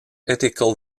ethical